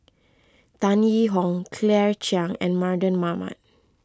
Tan Yee Hong Claire Chiang and Mardan Mamat